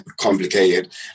complicated